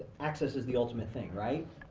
access is the ultimate thing, right?